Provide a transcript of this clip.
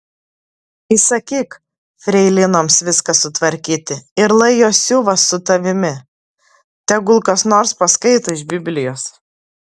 įsakyk freilinoms viską sutvarkyti ir lai jos siuva su tavimi tegul kas nors paskaito iš biblijos